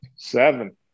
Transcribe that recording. Seven